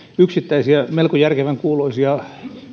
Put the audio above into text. yksittäisiä melko järkevän kuuloisia